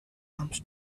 arms